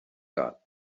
got